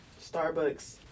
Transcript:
Starbucks